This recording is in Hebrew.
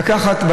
לקחת.